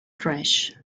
trash